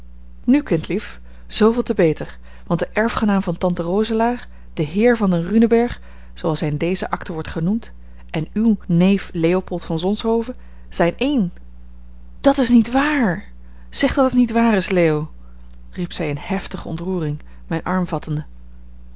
nu kindlief zooveel te beter want de erfgenaam van tante roselaer de heer van den runenberg zooals hij in deze akte wordt genoemd en uw neef leopold van zonshoven zijn een dat is niet waar zeg dat het niet waar is leo riep zij in heftige ontroering mijn arm vattende